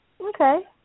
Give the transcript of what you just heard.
Okay